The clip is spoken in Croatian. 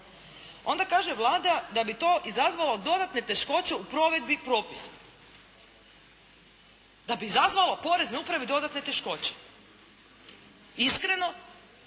Onda kaže Vlada da bi to izazvalo dodatne teškoće u provedbi propisa. Da bi izazvalo u poreznoj upravi dodatne teškoće. Iskreno,